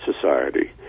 society